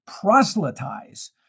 proselytize